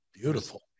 Beautiful